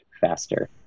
faster